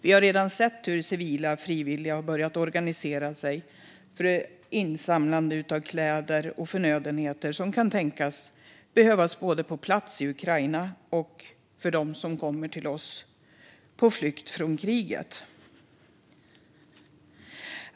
Vi har redan sett hur civila frivilliga har börjat organisera sig med insamlande av kläder och förnödenheter som kan tänkas behövas både på plats i Ukraina och för dem som kommer till oss på flykt från kriget.